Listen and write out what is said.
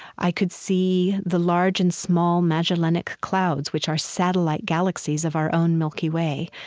i could see the large and small magellanic clouds, which are satellite galaxies of our own milky way.